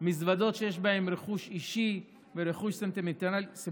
מזוודות שיש בהן רכוש אישי ורכוש סנטימנטלי,